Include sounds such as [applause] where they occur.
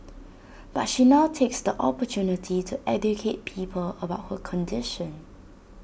[noise] but she now takes the opportunity to educate people about her condition